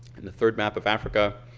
in the third map of africa